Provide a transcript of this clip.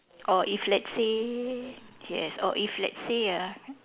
or if let's say yes or if let's say ah